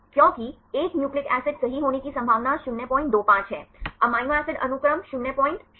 क्योंकि एक nucleic acid सही होने की संभावना 025 है एमिनो एसिड अनुक्रम 005